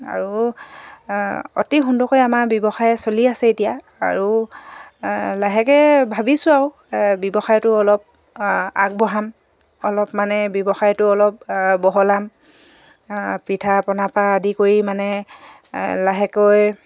আৰু অতি সুন্দৰকৈ আমাৰ ব্যৱসায় চলি আছে এতিয়া আৰু লাহেকৈ ভাবিছোঁ আৰু ব্যৱসায়টো অলপ আগবঢ়াম অলপ মানে ব্যৱসায়টো অলপ বহলাম পিঠা পনাৰপৰা আদি কৰি মানে লাহেকৈ